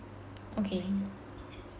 okay